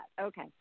Okay